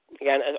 Again